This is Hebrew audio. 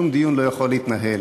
שום דיון לא יכול להתנהל.